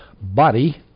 body